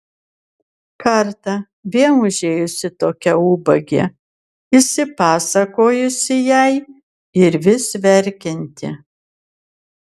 kartą vėl užėjusi tokia ubagė išsipasakojusi jai ir vis verkianti